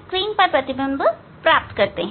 screen पर प्रतिबिंब प्राप्त करते हैं